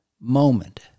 moment